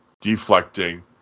deflecting